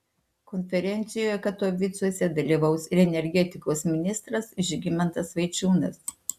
konferencijoje katovicuose dalyvaus ir energetikos ministras žygimantas vaičiūnas